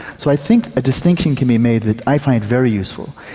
so i think a distinction can be made that i find very useful,